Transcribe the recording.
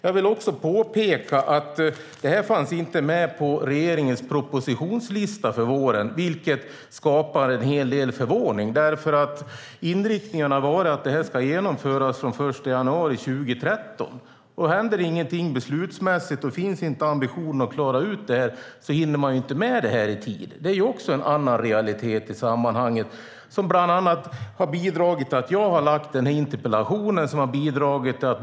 Jag vill också påpeka att det här inte fanns med på regeringens propositionslista för våren, vilket väcker en hel del förvåning. Inriktningen har varit att detta ska genomföras den 1 januari 2013. Om det inte händer något beslutsmässigt och om inte ambitionen finns att klara ut detta hinner man inte med det i tid. Det är en realitet som har bidragit till att jag har ställt den här interpellationen.